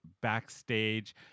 backstage